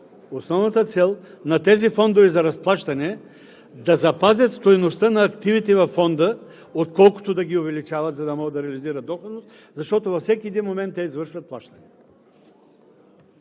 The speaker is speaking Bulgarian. Основната цел на тези фондове за разплащане е да запазят стойността на активите във Фонда, отколкото да ги увеличават, за да могат да реализират доходност, защото във всеки един момент те извършват плащания.